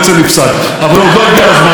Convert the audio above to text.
אבל עוד לא הגיע הזמן לעשות את זה.